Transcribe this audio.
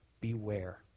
beware